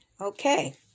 Okay